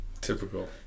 Typical